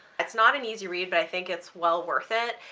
it's not an easy read but i think it's well worth it.